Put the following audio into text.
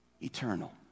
Eternal